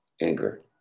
anger